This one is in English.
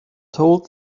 told